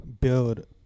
build